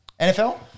NFL